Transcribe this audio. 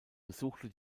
besuchte